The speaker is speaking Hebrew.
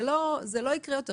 זה לא יקרה יותר,